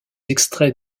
extraits